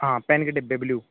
हाँ पेन के डिब्बे ब्ल्यू